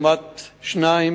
מגיעה לך הזכות לשאלה נוספת.